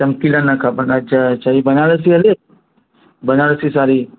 चमकीला न खपनि अच्छा अच्छा हीअ बनारसी हले बनारसी साड़ी